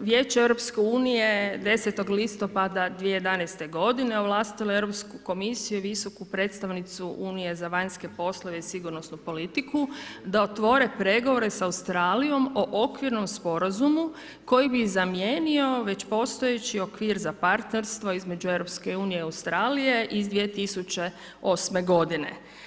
Vijeće EU-a je 10. listopada 2011. godine ovlastilo Europsku komisiju visoku predstavnicu Unije za vanjske poslove i sigurnosnu politiku da otvore pregovore sa Australijom o okvirnom sporazumu koji bi zamijenio već postojeći okvir za partnerstvo između EU-a i Australije iz 2008. godine.